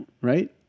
right